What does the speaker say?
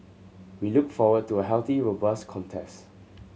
we look forward to a healthy robust contest